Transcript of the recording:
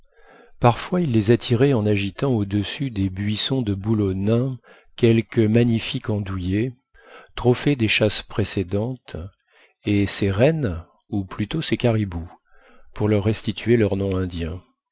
parfois ils les attiraient en agitant audessus des buissons de bouleaux nains quelque magnifique andouiller trophée des chasses précédentes et ces rennes ou plutôt ces caribous pour leur restituer leur nom indien